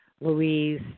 Louise